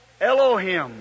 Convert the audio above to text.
Elohim